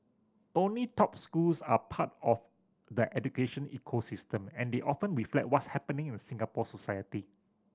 only top schools are part of the education ecosystem and they often reflect what's happening in Singapore society